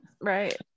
right